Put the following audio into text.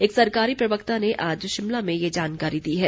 एक सरकारी प्रवक्ता ने आज शिमला में ये जानकारी दी है